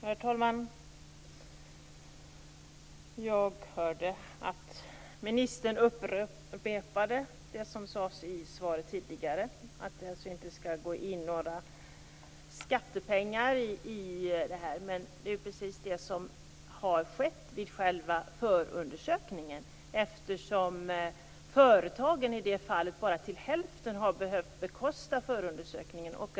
Herr talman! Jag hörde att ministern upprepade det som sades i svaret tidigare, att det inte skall gå in några skattepengar i detta projekt. Men det är precis det som har skett vid själva förundersökningen, eftersom företagen bara har behövt bekosta den till hälften.